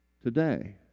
today